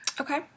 Okay